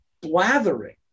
blathering